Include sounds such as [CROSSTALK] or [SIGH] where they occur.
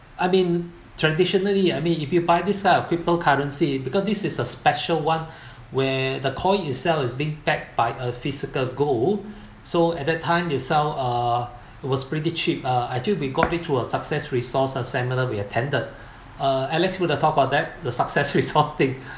I've been traditionally I mean if you buy this type of cryptocurrency because this is a special one [BREATH] where the coin itself is being pegged by a physical gold [BREATH] so at that time it sell uh it was pretty cheap uh until we got into a success resource or seminar we attended uh alex will talk about that the success resource thing [LAUGHS]